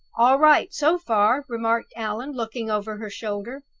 all right, so far, remarked allan, looking over her shoulder.